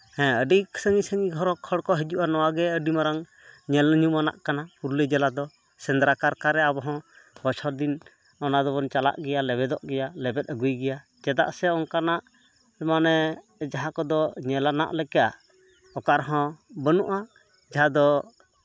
ᱦᱮᱸ ᱟᱹᱰᱤ ᱥᱟᱺᱜᱤᱧ ᱥᱟᱺᱜᱤᱧ ᱦᱚᱨᱚᱠ ᱦᱚᱲ ᱠᱚ ᱦᱤᱡᱩᱜᱼᱟ ᱱᱚᱣᱟᱜᱮ ᱟᱹᱰᱤ ᱢᱟᱨᱟᱝ ᱧᱮᱞ ᱧᱩᱢᱟᱱᱟᱜ ᱠᱟᱱᱟ ᱯᱩᱨᱩᱞᱤᱭᱟᱹ ᱡᱮᱞᱟᱫᱚ ᱥᱮᱸᱫᱽᱨᱟ ᱠᱟᱨᱠᱟᱨᱮ ᱟᱵᱚ ᱦᱚᱸ ᱵᱚᱪᱷᱨ ᱫᱤᱱ ᱚᱱᱟ ᱫᱚᱵᱚᱱ ᱪᱟᱞᱟᱜ ᱜᱮᱭᱟ ᱞᱮᱵᱮᱫᱚᱜ ᱜᱮᱭᱟ ᱞᱮᱵᱮᱫ ᱟᱹᱜᱩᱭ ᱜᱮᱭᱟ ᱪᱮᱫᱟᱜ ᱥᱮ ᱚᱱᱠᱟᱱᱟᱜ ᱢᱟᱱᱮ ᱡᱟᱦᱟᱸ ᱠᱚᱫᱚ ᱧᱮᱞᱟᱱᱟᱜ ᱞᱮᱠᱟ ᱚᱠᱟ ᱨᱮᱦᱚᱸ ᱵᱟᱹᱱᱩᱜᱼᱟ ᱡᱟᱦᱟᱸ ᱫᱚ